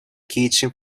kitchen